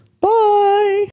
Bye